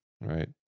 Right